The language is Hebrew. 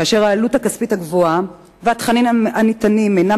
כאשר העלות הכספית גבוהה והתכנים הניתנים אינם